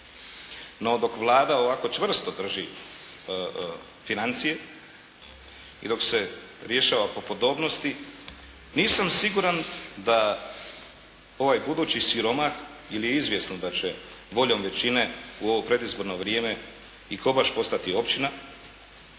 No, dok Vlada ovako čvrsto drži financije i dok se rješava po podobnosti, nisam siguran da ovaj budući siromah ili je izvjesno da će voljom većine u ovo predizborno vrijeme i Kobaš postati općina,